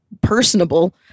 personable